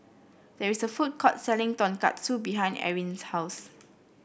there is a food court selling Tonkatsu behind Erin's house